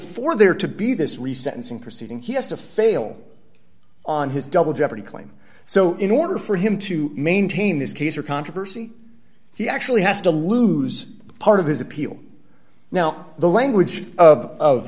for there to be this resets and proceeding he has to fail on his double jeopardy claim so in order for him to maintain this case or controversy he actually has to lose part of his appeal now the language of of